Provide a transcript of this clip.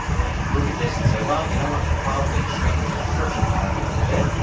i could look at this and say well, you know what, i could probably shrink this description column a little bit.